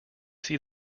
see